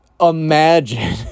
Imagine